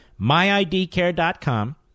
MyIDCare.com